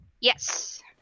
Yes